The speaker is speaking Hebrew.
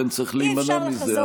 לכן צריך להימנע מזה.